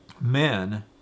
men